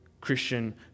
Christian